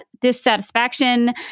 dissatisfaction